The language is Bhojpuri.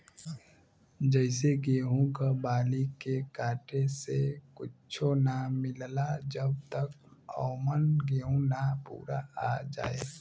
जइसे गेहूं क बाली के काटे से कुच्च्छो ना मिलला जब तक औमन गेंहू ना पूरा आ जाए